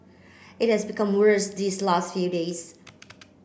it has become worse these last few days